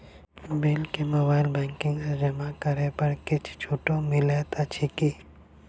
Bill केँ mobile banking सँ जमा करै पर किछ छुटो मिलैत अछि की?